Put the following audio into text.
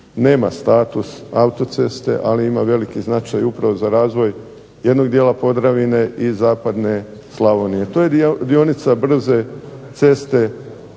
nema status autoceste, ali ima veliki značaj upravo za razvoj jednog dijela Podravine i zapadne Slavonije, a to je dionica brze ceste